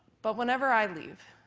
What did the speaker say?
but whenever i leave,